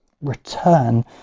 return